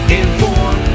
inform